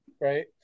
Right